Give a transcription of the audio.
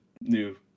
new